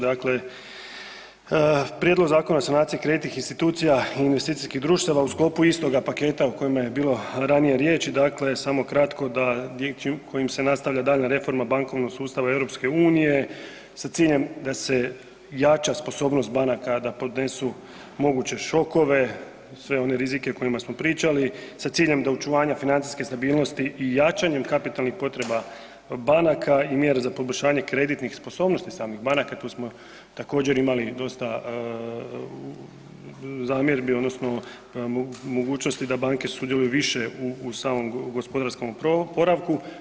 Dakle, Prijedlog Zakona o sanaciji kreditnih institucija i investicijskih društava u sklopu istoga paketa u kojima je bilo ranije riječi, dakle, samo kratko da kojim se nastavlja daljnja reforma bankovnog sustava EU s ciljem da se jača sposobnost banaka da podnesu moguće šokove, sve one rizike o kojima smo pričali, sa ciljem da očuvanje financijske stabilnosti i jačanja kapitalnih potreba banaka i mjere za poboljšanje kreditnih sposobnosti samih banaka, tu samo također, imali dosta zamjerbi, odnosno mogućnosti da banke sudjeluju više u samom gospodarskom oporavku.